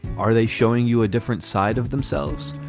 are they showing you a different side of themselves?